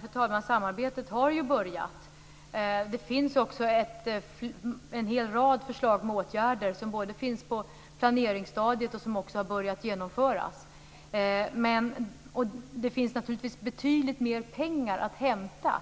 Fru talman! Samarbetet har ju börjat. Det finns också en hel rad med förslag till åtgärder, både på planeringsstadiet och sådana som har börjat genomföras. Det finns naturligtvis betydligt mer pengar att hämta